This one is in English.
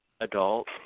adult